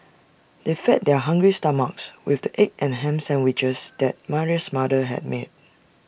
they fed their hungry stomachs with the egg and Ham Sandwiches that Mary's mother had made